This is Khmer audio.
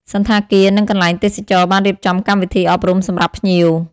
សណ្ឋាគារនិងកន្លែងទេសចរណ៍បានរៀបចំកម្មវិធីអប់រំសម្រាប់ភ្ញៀវ។